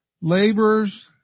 laborers